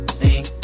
sing